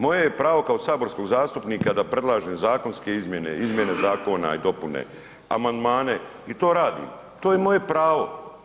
Moje je pravo kao saborskog zastupnika da predlažem zakonske izmjene, izmjene zakona i dopune, amandmane i to radim, to je moje pravo.